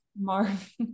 Marv